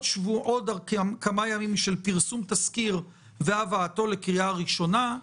עוד כמה ימים של פרסום תזכיר והבאתו לקריאה הראשונה,